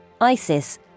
ISIS